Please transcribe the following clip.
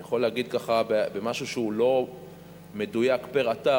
אני יכול להגיד במשהו שהוא לא מדויק פר-אתר,